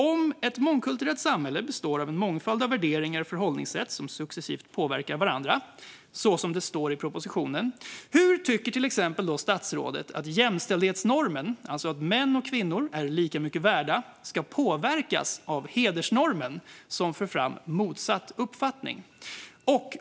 Om ett mångkulturellt samhälle består av en mångfald av värderingar och förhållningssätt som successivt påverkar varandra, som det står i propositionen, hur tycker då statsrådet att till exempel jämställdhetsnormen - alltså att män och kvinnor är lika mycket värda - ska påverkas av hedersnormen, som för fram motsatt uppfattning?